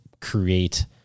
create